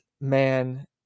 man